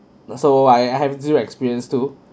so I I have zero experience too